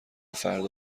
فردا